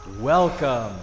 Welcome